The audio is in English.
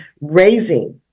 raising